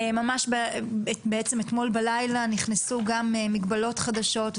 בעצם אתמול בלילה נכנסו גם מגבלות חדשות,